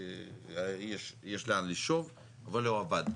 שיש לאן לשאוף, אבל הוא עבד.